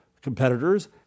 competitors